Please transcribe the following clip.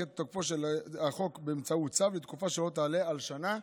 את תוקפו של החוק באמצעות צו לתקופה שלא תעלה על שנה,